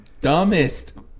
Dumbest